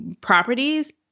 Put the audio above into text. properties